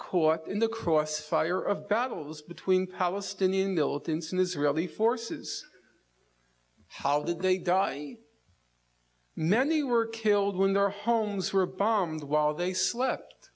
caught in the crossfire of battles between palestinian militants and israeli forces how did they die many were killed when their homes were bombed while they slept